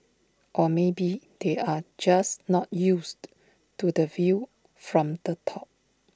or maybe they are just not used to the view from the top